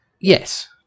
Yes